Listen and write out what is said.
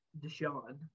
Deshaun